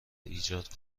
ایجاد